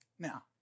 Now